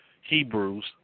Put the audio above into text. Hebrews